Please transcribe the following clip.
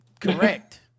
Correct